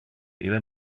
ille